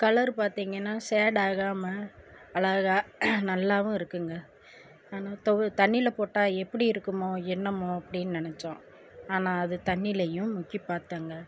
colour பார்த்தீங்கன்னா shade ஆகாமல் அழகாக நல்லாவும் இருக்குங்க ஆனால் தொவ தண்ணியில் போட்டால் எப்படி இருக்குமோ என்னமோ அப்படின்னு நினச்சோம் ஆனால் அது தண்ணிர்லையும் முக்கி பார்த்தேங்க